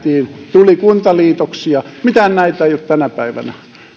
tuli kuntaliitoksia mitään näitä asioita ei ole tänä päivänä